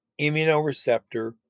immunoreceptor